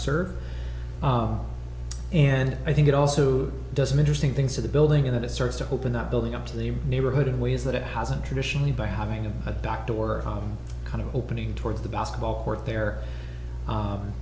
serve and i think it also doesn't interesting things to the building in that it starts to open up building up to the neighborhood in ways that it hasn't traditionally by having a doctor or kind of opening towards the basketball court there